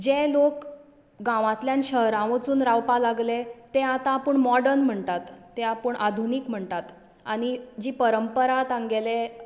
जे लोक गांवातल्यान शहरांत वचून रावपाक लागले ते आतां आपूण मोडर्न म्हणटात ते आतां आपूण आधुनीक म्हणटात आनी जी परंपरा तांगेले